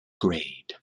grade